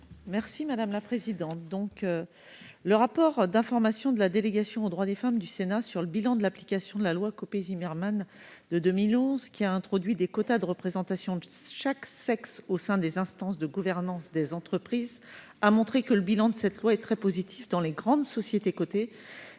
est à Mme Annick Billon. Le rapport d'information de la délégation aux droits des femmes du Sénat sur le bilan de l'application de la loi Copé-Zimmermann, laquelle a introduit des quotas de représentation de chaque sexe au sein des instances de gouvernance des entreprises, a montré que celui-ci était très positif dans les grandes sociétés cotées,